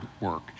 work